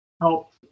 help